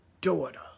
daughter